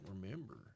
remember